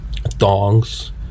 thongs